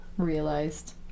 Realized